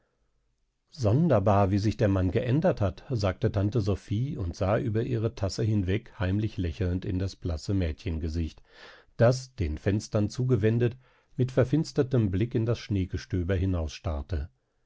sonderbar wie sich der mann geändert hat sagte tante sophie und sah über ihre tasse hinweg heimlich lächelnd in das blasse mädchengesicht das den fenstern zugewendet mit verfinstertem blick in das schneegestöber